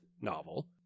novel